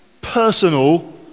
personal